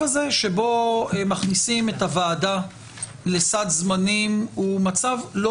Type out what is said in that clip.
הזה שבו מכניסים את הוועדה לסד זמנים הוא מצב לא